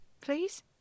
Please